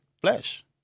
flesh